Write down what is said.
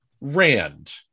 Rand